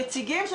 הבנה של